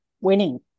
winning